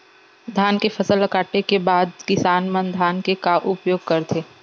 धान के फसल ला काटे के बाद किसान मन धान के का उपयोग करथे?